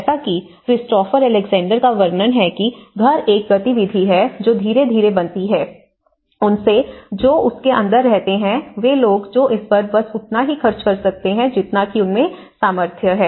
जैसा कि Christopher Alexander का वर्णन है कि घर एक गतिविधि है जो धीरे धीरे बनती है उनसे जो उसके अंदर रहते हैं वे लोग जो इस पर बस उतना ही खर्च कर सकते हैं जितना की उनमें सामर्थ्य है